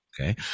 okay